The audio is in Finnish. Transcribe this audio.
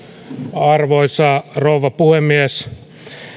arvoisa rouva puhemies